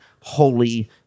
holy